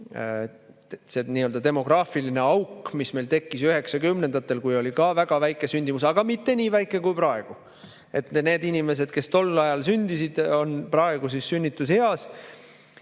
see, et meil on demograafiline auk, mis tekkis 1990‑ndatel, kui oli ka väga väike sündimus, aga mitte nii väike kui praegu. Need inimesed, kes tol ajal sündisid, on praegu sünnituseas.